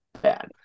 bad